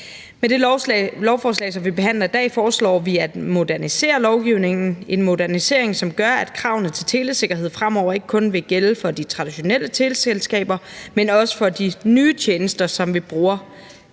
Med det lovforslag, som vi behandler i dag, foreslår vi at modernisere lovgivningen – en modernisering, som gør, at kravene til telesikkerhed fremover ikke kun vil gælde for de traditionelle teleselskaber, men også for de nye tjenester, som vi bruger